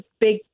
big